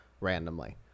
randomly